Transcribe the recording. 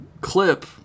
clip